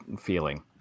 feeling